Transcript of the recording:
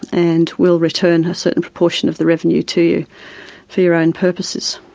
and we'll return a certain proportion of the revenue to you for your own purposes.